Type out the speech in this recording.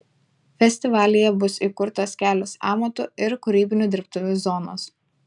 festivalyje bus įkurtos kelios amatų ir kūrybinių dirbtuvių zonos